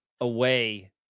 away